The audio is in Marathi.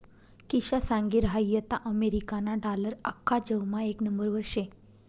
किशा सांगी रहायंता अमेरिकाना डालर आख्खा जगमा येक नंबरवर शे